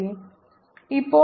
H Jfree0